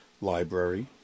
library